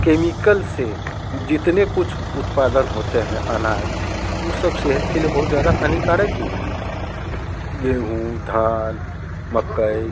chemical से जितने कुछ उत्पादन होते हैं आनाज वो सब सेहत के लिए बहुत ज़्यादा हानिकारक ही हैं गेहूँ धान मकाई